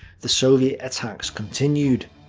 the soviet attacks continued.